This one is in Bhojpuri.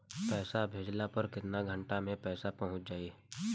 पैसा भेजला पर केतना घंटा मे पैसा चहुंप जाई?